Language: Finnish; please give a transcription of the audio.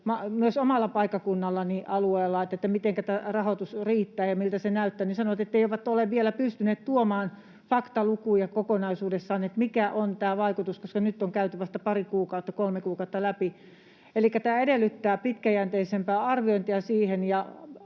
myös omalla paikkakunnallani ja alueellani siitä, mitenkä tämä rahoitus riittää ja miltä se näyttää, niin sanottiin, etteivät ole vielä pystyneet tuomaan faktalukuja kokonaisuudessaan siitä, mikä on tämä vaikutus, koska nyt on käyty vasta pari kuukautta, kolme kuukautta, läpi. Elikkä tämä edellyttää pitkäjänteisempää arviointia. Ja